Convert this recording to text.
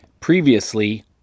Previously